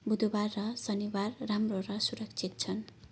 बुधबार र शनिबार राम्रो र सुरक्षित छन्